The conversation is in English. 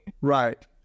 Right